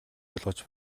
ойлгож